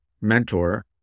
mentor